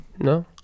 No